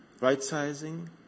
right-sizing